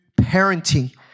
parenting